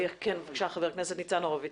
חבר הכנסת ניצן הורוביץ,